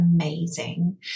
amazing